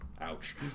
Ouch